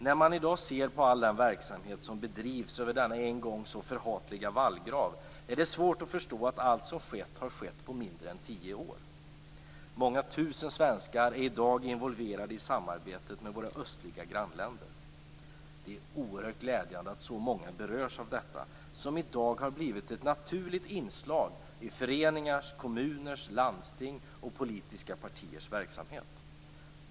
När man i dag ser på all den verksamhet som bedrivs över denna en gång så förhatliga vallgrav är det svårt att förstå att allt som skett har skett på mindre än tio år. Många tusen svenskar är i dag involverade i samarbetet med våra östliga grannländer. Det är oerhört glädjande att så många berörs av detta som i dag har blivit ett naturligt inslag i föreningars, kommuners, landstings och politiska partiers verksamhet.